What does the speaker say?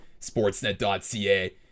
sportsnet.ca